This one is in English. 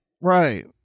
Right